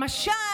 למשל,